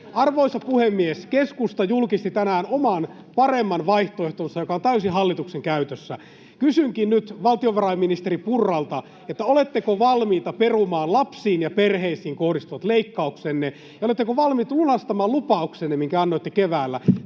Arvoisa puhemies! Keskusta julkisti tänään oman, paremman vaihtoehtonsa, joka on täysin hallituksen käytössä. [Juho Eerola: Olisitte käyttäneet sitä viime kaudella!] Kysynkin nyt valtiovarainministeri Purralta: Oletteko valmiita perumaan lapsiin ja perheisiin kohdistuvat leikkauksenne, ja oletteko valmiita lunastamaan lupauksenne, minkä annoitte keväällä?